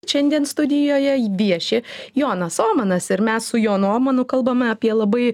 šiandien studijoje vieši jonas omanas ir mes su jonu omanu kalbame apie labai